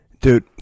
Dude